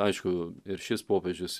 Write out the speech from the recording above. aišku ir šis popiežius